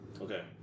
Okay